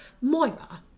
Moira